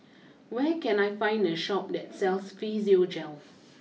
where can I find a Shop that sells Physiogel